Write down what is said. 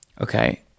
Okay